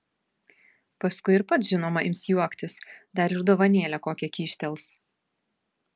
paskui ir pats žinoma ims juoktis dar ir dovanėlę kokią kyštels